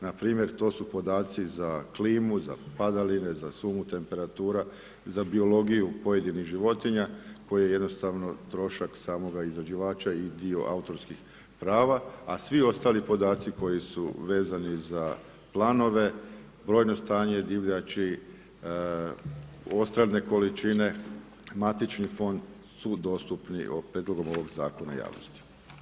Npr. to su podaci za klimu, za padaline, za sumu temperatura, za biologiju pojedinih životinja koje jednostavno trošak samoga izrađivača i dio autorskih prava, a svi ostali podaci koji su vezani za planove, brojno stanje divljači, odstrelne količine, matični fond su dostupni prijedlogom ovog zakona javnosti.